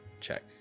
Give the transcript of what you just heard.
check